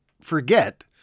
forget